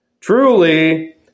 Truly